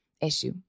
issue